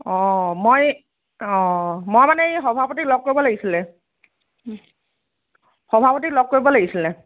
অঁ মই অঁ মই মানে এই সভাপতিক লগ কৰিব লাগিছিলে সভাপতিক লগ কৰিব লাগিছিলে